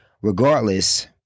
Regardless